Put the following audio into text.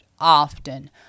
often